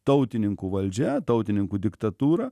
tautininkų valdžia tautininkų diktatūra